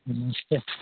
नमस्ते